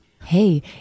hey